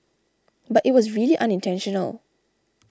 but it was really unintentional